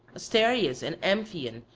asterius and amphion,